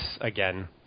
again